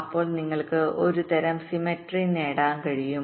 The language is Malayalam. അപ്പോൾ നിങ്ങൾക്ക് ഒരുതരം സിംമെറ്ററിനേടാൻ കഴിയും